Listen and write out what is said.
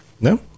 no